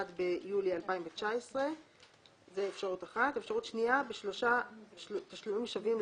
ביולי 2019); בשלושה תשלומים שווים,